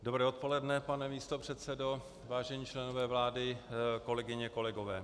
Dobré odpoledne, pane místopředsedo, vážení členové vlády, kolegyně, kolegové.